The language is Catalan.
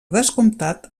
descomptat